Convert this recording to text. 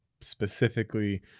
specifically